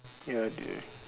ya